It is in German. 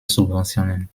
subventionen